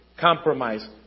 Compromise